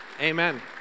Amen